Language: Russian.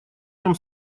нем